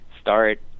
Start